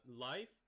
life